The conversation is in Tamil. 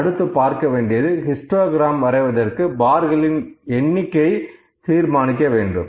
அடுத்து பார்க்க வேண்டியது ஹிஸ்டோகிரம் வரைவதற்கு பார்களின் எண்ணிக்கை தீர்மானிக்க வேண்டும்